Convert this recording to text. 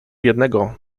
jednego